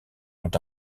ont